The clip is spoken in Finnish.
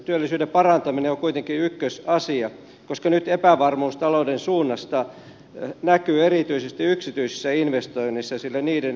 työllisyyden parantaminen on kuitenkin ykkösasia koska nyt epävarmuus talouden suunnasta näkyy erityisesti yksityisissä investoinneissa sillä niiden ennustetaan laskevan